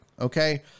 okay